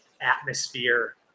atmosphere